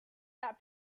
that